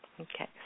Okay